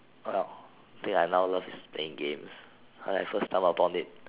well think I now love is playing games when I first stumble upon it